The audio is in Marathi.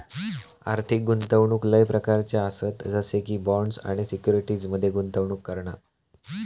आर्थिक गुंतवणूक लय प्रकारच्ये आसत जसे की बॉण्ड्स आणि सिक्युरिटीज मध्ये गुंतवणूक करणा